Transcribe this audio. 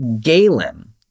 Galen